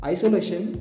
Isolation